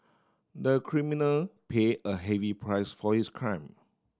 the criminal pay a heavy price for his crime